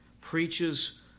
preaches